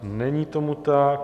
Není tomu tak.